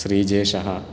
श्रीजेशः